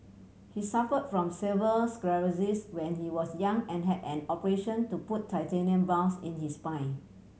he suffer from severe sclerosis when he was young and had an operation to put titanium bars in his spine